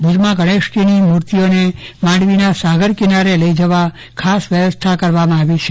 ભુજમાં ગણેશજીની મૂરતિઓને માંડવીના સાગરકિનારે લઈ જવા ખાસ વ્યવસ્થાકરવામાં આવી છે